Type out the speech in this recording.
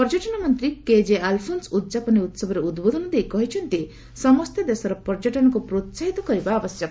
ପର୍ଯ୍ୟଟନ ମନ୍ତ୍ରୀ କେ ଜେ ଆଲଫୋନସ ଉଦଯାପନୀ ଉତ୍ସବରେ ଉଦ୍ବୋଧନ ଦେଇ କହିଛନ୍ତି ସମସ୍ତେ ଦେଶର ପର୍ଯ୍ୟଟନକ୍ ପ୍ରୋସାହିତ କରିବା ଆବଶ୍ୟକ